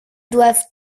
doivent